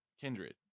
Kindred